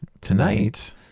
tonight